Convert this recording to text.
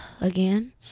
Again